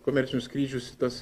komercinius skrydžius į tas